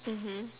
mmhmm